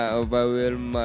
overwhelm